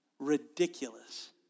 Ridiculous